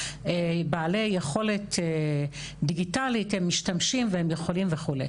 בעלי יכולת דיגיטלית הם משתמשים והם יכולים וכו',